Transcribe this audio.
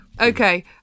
Okay